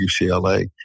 UCLA